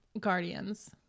guardians